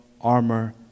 armor